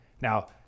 Now